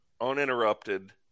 uninterrupted